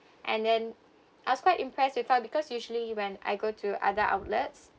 and then I was quite impressed with her because usually when I go to other outlets